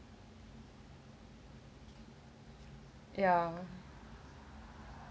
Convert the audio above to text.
ya